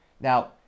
Now